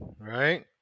right